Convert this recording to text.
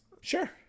sure